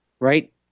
right